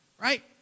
right